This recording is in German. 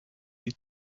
die